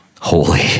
Holy